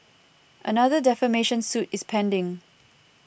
another defamation suit is pending